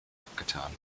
abgetan